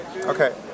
Okay